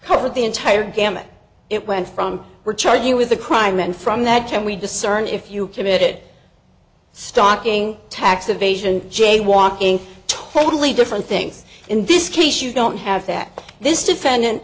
cover the entire gamut it went from we're charged you with a crime and from that can we discern if you committed stocking tax evasion jaywalking totally different things in this case you don't have that this defendant